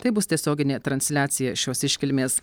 tai bus tiesioginė transliacija šios iškilmės